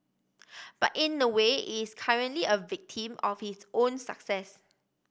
but in a way it's currently a victim of its own success